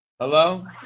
Hello